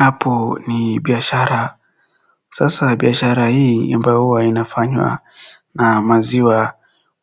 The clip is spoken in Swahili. Hapo ni biashara, sasa biashara hii ambayo huwa inafanywa na maziwa